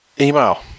Email